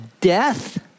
death